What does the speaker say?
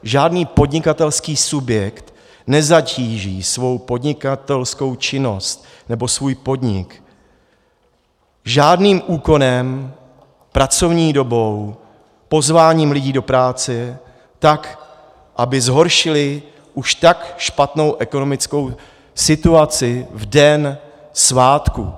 Žádný podnikatelský subjekt nezatíží svůj podnikatelskou činnost nebo svůj podnik žádným úkonem, pracovní dobou, pozváním lidí do práce tak, aby zhoršili už tak špatnou ekonomickou situaci v den svátku.